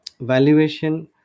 valuation